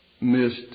missed